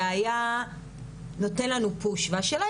זה היה נותן לנו פוש והשאלה,